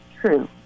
true